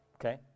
Okay